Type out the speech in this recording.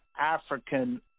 African